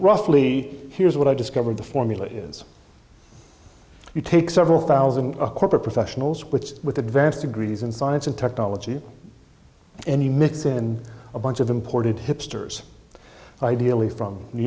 roughly here's what i discovered the formula is if you take several thousand a corporate professionals which with advanced degrees in science and technology any mix in a bunch of imported hipsters ideally from new